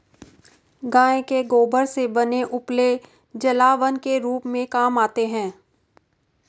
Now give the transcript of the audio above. गाय के गोबर से बने उपले जलावन के रूप में काम आते हैं